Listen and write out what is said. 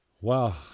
Wow